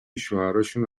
شوهراشون